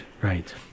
right